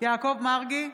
יעקב מרגי,